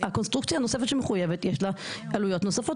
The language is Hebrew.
לקונסטרוקציה הנוספת שמחויבת יש עלויות נוספות